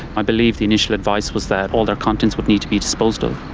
i believe the initial advice was that all their contents would need to be disposed of.